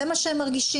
זה מה שהם מרגישים.